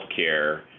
healthcare